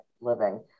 living